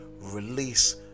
release